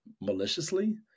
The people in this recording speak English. maliciously